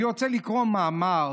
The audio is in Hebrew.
אני רוצה לקרוא מאמר,